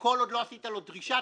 כל עוד לא עשית לו דרישה,